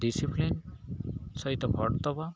discipline ସହିତ vote ଦେବା